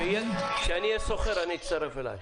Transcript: כשאני אהיה סוחר, אני אצטרף אלייך.